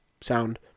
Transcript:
sound